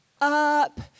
up